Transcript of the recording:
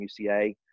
UCA